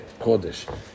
Kodesh